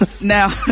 Now